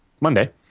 Monday